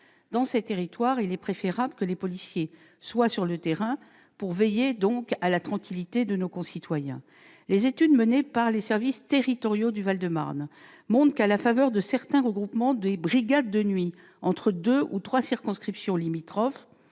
Dans ces territoires, il est préférable que les policiers soient sur le terrain pour veiller à la tranquillité de nos concitoyens. Ainsi, les études menées par les services territoriaux du Val-de-Marne montrent que, à la faveur de certains regroupements des brigades de nuit entre deux ou trois circonscriptions limitrophes,